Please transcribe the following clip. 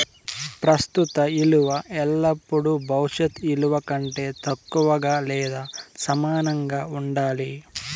ప్రస్తుత ఇలువ ఎల్లపుడూ భవిష్యత్ ఇలువ కంటే తక్కువగా లేదా సమానంగా ఉండాది